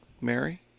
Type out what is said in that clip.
Mary